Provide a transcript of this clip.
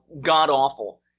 god-awful